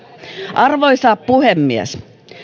arvoisa puhemies